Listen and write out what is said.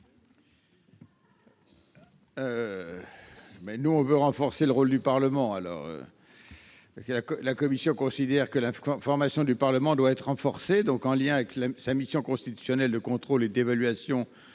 nous, renforcer le rôle du Parlement. La commission considère que l'information du Parlement doit être renforcée, en lien avec sa mission constitutionnelle de contrôle et d'évaluation de